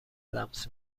لمس